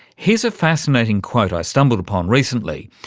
here's a fascinating quote i stumbled upon recently.